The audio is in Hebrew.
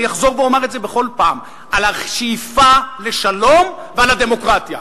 ואני אחזור ואומר את זה בכל פעם: על השאיפה לשלום ועל הדמוקרטיה.